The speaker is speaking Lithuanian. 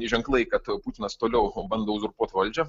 ženklai kad putinas toliau bando uzurpuot valdžią